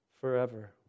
Forever